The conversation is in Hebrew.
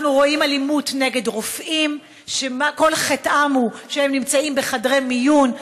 אנחנו רואים אלימות נגד רופאים שכל חטאם הוא שהם נמצאים בחדרי מיון,